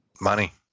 money